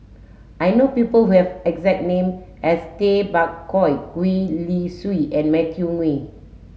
I know people who have exact name as Tay Bak Koi Gwee Li Sui and Matthew Ngui